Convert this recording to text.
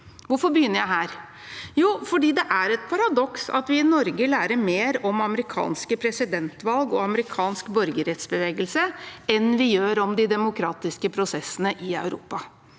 Hvorfor begynner jeg her? Jo, det er fordi det er et paradoks at vi i Norge lærer mer om amerikanske presidentvalg og amerikansk borgerrettsbevegelse enn vi gjør om de demokratiske prosessene i Europa.